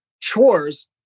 chores